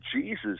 Jesus